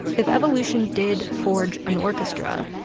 if evolution did forge an orchestra,